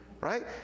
Right